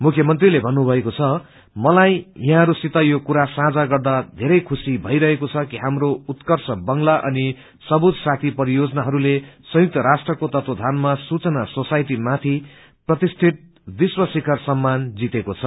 मुख्यमन्त्रीले भन्नुभएको छ मलाई यहाँहरूसित यो कुरो साझा गर्दा धेरै खुसी भइरहेको छ कि हाम्रो उत्कर्ष बांग्ला अनि सबुज साथी परियोजनाहरूले संयुक्त राष्ट्रको तत्वावधानमा सूचना सोसाइटी माथि प्रतिष्ठित विश्व शिखर सम्मान जितेको छ